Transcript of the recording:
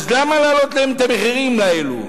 אז למה להעלות את המחירים לאלה?